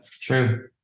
true